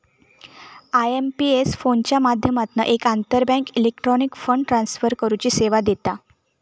IMPS फोनच्या माध्यमातना एक आंतरबँक इलेक्ट्रॉनिक फंड ट्रांसफर करुची सेवा देता